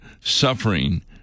suffering